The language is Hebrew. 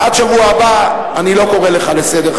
ועד השבוע הבא אני לא קורא אותך לסדר,